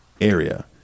area